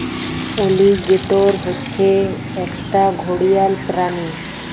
alligator হচ্ছে একটা ঘড়িয়াল প্রাণী